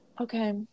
okay